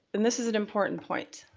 and this is an important point.